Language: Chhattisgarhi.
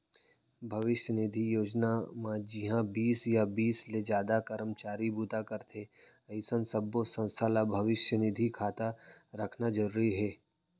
भविस्य निधि योजना म जिंहा बीस या बीस ले जादा करमचारी बूता करथे अइसन सब्बो संस्था ल भविस्य निधि खाता रखना जरूरी हे